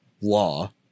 law